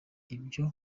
ibyo